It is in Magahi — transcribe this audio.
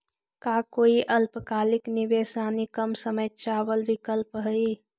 का कोई अल्पकालिक निवेश यानी कम समय चावल विकल्प हई?